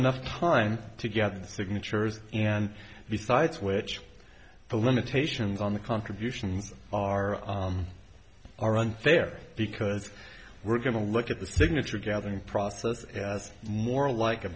enough time to get the signatures and besides which the limitations on the contributions are are unfair because we're going to look at the signature gathering process more like a